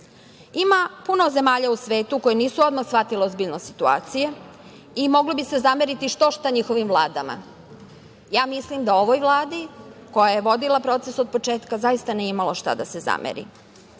Ima puno zemalja u svetu koje nisu odmah shvatile ozbiljnost situacije i moglo bi se zameriti što šta njihovim vladama, ja mislim da ovoj Vladi, koja je vodila proces od početka, zaista, nije imalo šta da se zameri.U